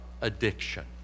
addiction